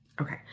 Okay